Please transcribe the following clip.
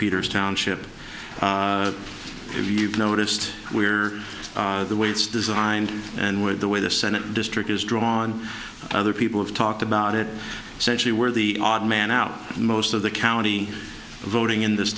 peters township of you've noticed we're the way it's designed and with the way the senate district is drawn other people have talked about it so actually where the odd man out most of the county voting in this